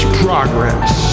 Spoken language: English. progress